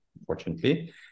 unfortunately